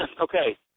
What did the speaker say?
Okay